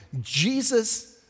Jesus